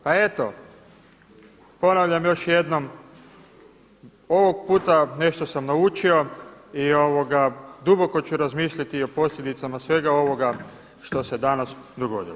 Pa eto, ponavljam još jednom, ovog puta nešto sam naučio i duboko ću razmisliti o posljedicama svega ovoga što se danas dogodilo.